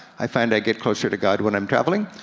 i find i get closer to god when i'm traveling,